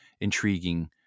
intriguing